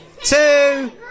two